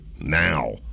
now